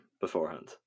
beforehand